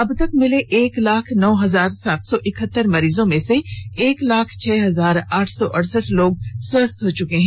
अबतक मिले एक लाख नौ हजार सात सौ इकहतर मरीजों में से एक लाख छह हजार आठ सौ अड़सठ लोग स्वस्थ हो चुके हैं